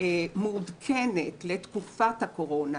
מעודכנת לתקופת הקורונה,